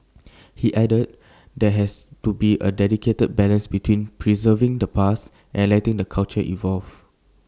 he added there has to be A delicate balance between preserving the past and letting the culture evolve